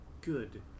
good